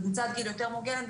זאת קבוצת גיל יותר מוגנת,